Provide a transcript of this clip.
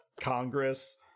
Congress